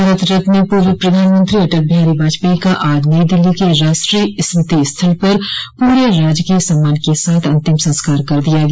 भारत रत्न पूर्व प्रधानमंत्री अटल बिहारी वाजपेई का आज नई दिल्ली के राष्ट्रीय स्मृति स्थल पर पूरे राजकीय सम्मान के साथ अन्तिम संस्कार कर दिया गया